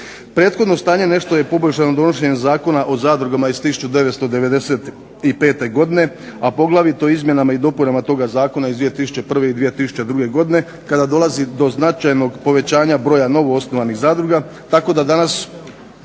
Prethodno stanje nešto je poboljšano donošenjem Zakona o zadrugama iz 1995. godine, a poglavito izmjenama i dopunama toga zakona iz 2001. i 2002. godine kada dolazi do značajnog povećanja broja novoosnovanih zadruga. Tako da danas